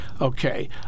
Okay